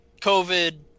COVID